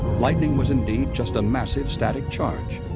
lightning was indeed just a massive static charge.